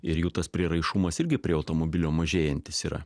ir jų tas prieraišumas irgi prie automobilio mažėjantis yra